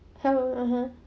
hello (uh huh)